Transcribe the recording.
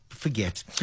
forget